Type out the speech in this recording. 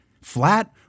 Flat